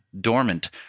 dormant